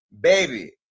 Baby